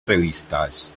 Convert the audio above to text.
revistas